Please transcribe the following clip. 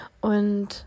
und